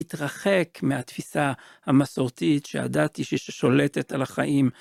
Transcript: להתרחק מהתפיסה המסורתית שהדת היא ששולטת על החיים.